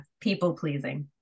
people-pleasing